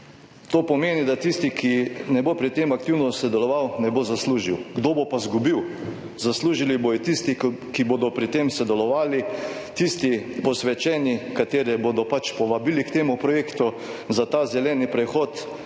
To pomeni, da tisti, ki ne bo pri tem aktivno sodeloval, ne bo zaslužil. Kdo bo pa izgubil? Zaslužili bodo tisti, ki bodo pri tem sodelovali, tisti posvečeni, katere bodo pač povabili k temu projektu za ta zeleni prehod,